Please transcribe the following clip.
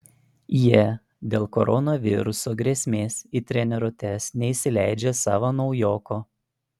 jie dėl koronaviruso grėsmės į treniruotes neįsileidžia savo naujoko